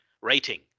rating